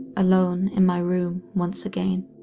alone in my room once again.